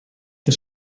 des